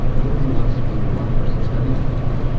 nobody wants to be the one person spending that money,